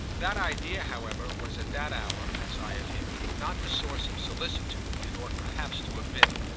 that idea, however, was at that hour, as i have hinted, not the source of solicitude it ought perhaps to have been,